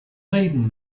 maiden